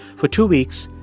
for two weeks,